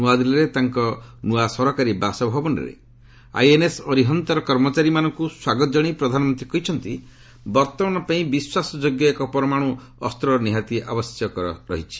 ନୂଆଦିଲ୍ଲୀରେ ତାଙ୍କ ନୂଆ ସରକାରୀ ବାସଭବନରେ ଆଇଏନ୍ଏସ୍ ଅରିହନ୍ତର କର୍ମଚାରୀମାନଙ୍କୁ ସ୍ୱାଗତ ଜଣାଇ ପ୍ରଧାନମନ୍ତ୍ରୀ କହିଛନ୍ତି ବର୍ତ୍ତମାନପାଇଁ ବିଶ୍ୱାସଯୋଗ୍ୟ ଏକ ପରମାଣୁ ଅସ୍ତ୍ରର ନିହାତି ଆବଶ୍ୟକ ରହିଛି